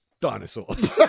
dinosaurs